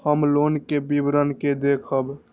हम लोन के विवरण के देखब?